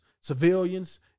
civilians